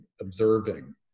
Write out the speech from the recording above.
observing